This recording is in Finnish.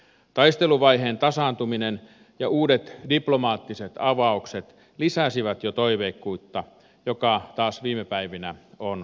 taisteluvaiheen tasaantuminen ja uudet diplomaattiset avaukset lisäsivät jo toiveikkuutta joka taas viime päivinä on karissut